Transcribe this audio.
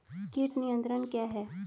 कीट नियंत्रण क्या है?